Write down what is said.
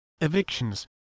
evictions